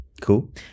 Cool